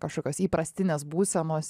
kažkokios įprastinės būsenos